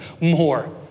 more